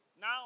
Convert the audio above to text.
Now